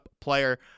player